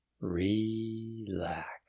relax